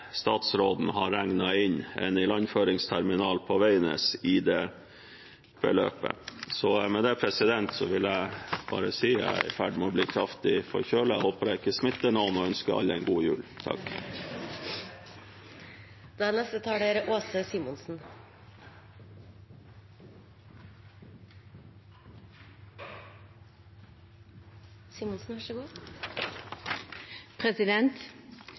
statsråden har regnet inn en ilandføringsterminal på Veidnes i det beløpet. Med det vil jeg bare si jeg er i ferd med å bli kraftig forkjølet – jeg håper jeg ikke smitter noen – og ønsker alle en god jul.